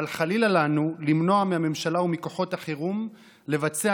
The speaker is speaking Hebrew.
אבל חלילה לנו למנוע מהממשלה ומכוחות החירום לבצע